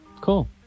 cool